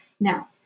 Now